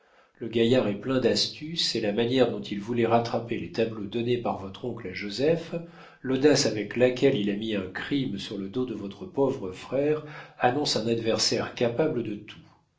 le gaillard est plein d'astuce et la manière dont il voulait rattraper les tableaux donnés par votre oncle à joseph l'audace avec laquelle il a mis un crime sur le dos de votre pauvre frère annoncent un adversaire capable de tout